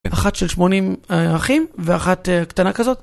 אחת של 80 אחים ואחת קטנה כזאת.